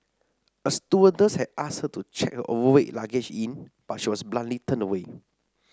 a stewardess had asked her to check her overweight luggage in but she was bluntly turned away